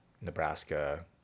Nebraska